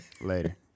Later